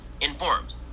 informed